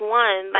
one